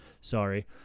sorry